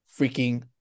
freaking